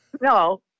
No